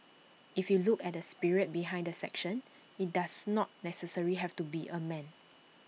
if you look at the spirit behind the section IT does not necessarily have to be A man